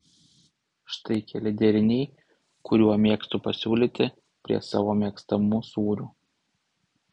štai keli deriniai kuriuo mėgstu pasiūlyti prie savo mėgstamų sūrių